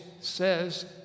says